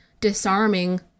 disarming